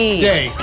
Day